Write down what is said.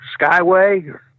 Skyway